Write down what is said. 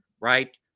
right